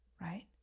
right